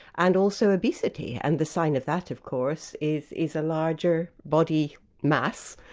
and also obesity, and the sign of that of course is is a larger body mass,